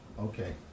Okay